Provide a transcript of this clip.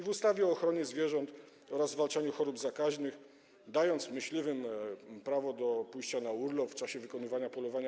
W ustawie o ochronie zwierząt oraz zwalczaniu chorób zakaźnych dajecie myśliwym prawo do pójścia na urlop w czasie wykonywania polowania.